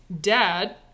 dad